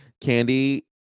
Candy